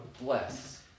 bless